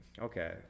Okay